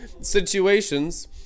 situations